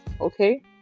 okay